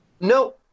No